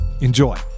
Enjoy